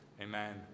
Amen